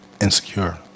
insecure